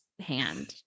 hand